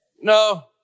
No